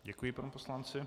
Děkuji panu poslanci.